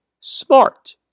Smart